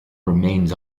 remains